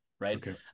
Right